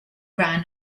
ran